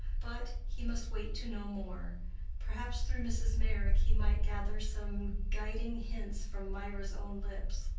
but he must wait to know more perhaps through mrs. meyrick he might gather some guiding hints from mirah's own lips.